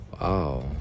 Wow